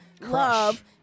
love